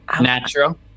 Natural